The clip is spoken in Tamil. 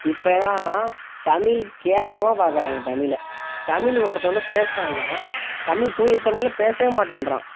இப்போ என்னடானா தமிழை கேவலமாக பார்க்குறாங்க தமிழ தமிழ் ஒருத்தவன்கிட்ட பேசுறான்னா தமிழ் தூய தமிழ்ல பேசவே மாட்டேன்றான்